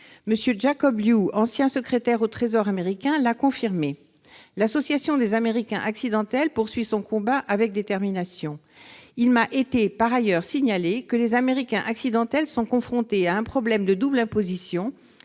M. Jacob Lew, ancien secrétaire au Trésor américain, l'a confirmé. L'Association des Américains accidentels poursuit son combat avec détermination. Il m'a été par ailleurs signalé que les Américains accidentels sont confrontés à un problème de double imposition